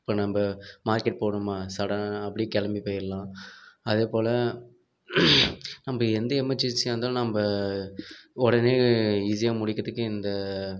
இப்போ நம்ம மார்க்கெட் போகணுமா சடனாக அப்படியே கிளம்பி போயிரலாம் அதேபோல் நம்ம எந்த எமர்ஜென்சியாருந்தாலும் நம்ம உடனே ஈஸியாக முடிக்கத்துக்கு இந்த